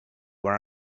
were